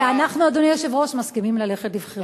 ואנחנו, אדוני היושב-ראש, מסכימים ללכת לבחירות.